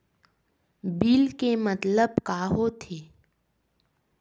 Bill के मतलब का होथे?